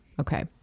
Okay